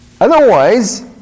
Otherwise